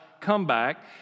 comeback